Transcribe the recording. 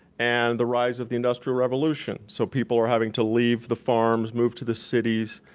and the rise of the industrial revolution. so people were having to leave the farms, move to the cities,